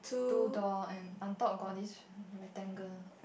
two door and on top got this rectangle